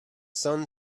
sun